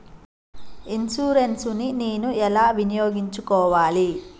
Insurance ని నేను ఎలా వినియోగించుకోవాలి?